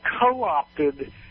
co-opted